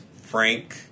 frank